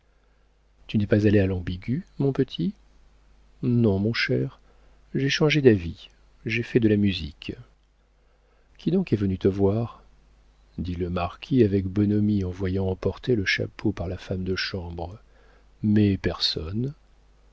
tu n'es pas allée à l'ambigu mon petit non mon cher j'ai changé d'avis j'ai fait de la musique qui donc est venu te voir dit le marquis avec bonhomie en voyant emporter le chapeau par la femme de chambre mais personne